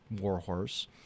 warhorse